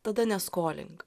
tada neskolink